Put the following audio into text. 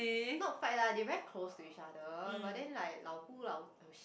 not fight lah they very close to each other but then like lao bu lao !oh shit!